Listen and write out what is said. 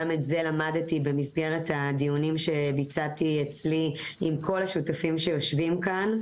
גם את זה למדתי במסגרת הדיונים שביצעתי אצלי עם כל השותפים שיושבים כאן.